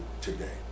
today